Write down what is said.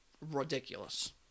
ridiculous